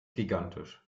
gigantisch